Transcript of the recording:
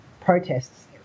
protests